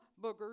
boogers